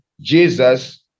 Jesus